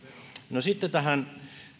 no sitten tähän